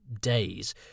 days